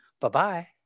Bye-bye